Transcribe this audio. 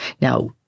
Now